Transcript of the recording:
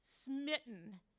smitten